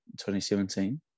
2017